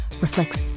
reflects